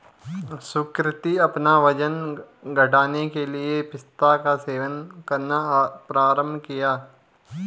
सुकृति अपना वजन घटाने के लिए पिस्ता का सेवन करना प्रारंभ किया